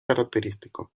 característico